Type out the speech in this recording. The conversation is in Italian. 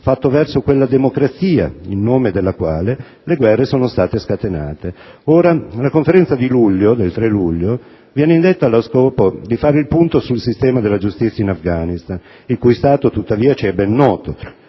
fatto verso quella democrazia in nome della quale le guerre sono state scatenate. Ora, la Conferenza del 3 luglio viene indetta allo scopo di fare il punto sul sistema della giustizia in Afghanistan, il cui stato, tuttavia ci è ben noto.